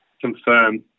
confirm